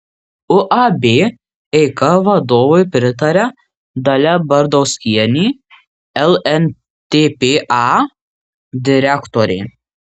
uab eika vadovui pritaria dalia bardauskienė lntpa direktorė